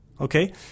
Okay